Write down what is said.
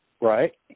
right